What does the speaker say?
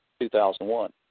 2001